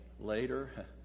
later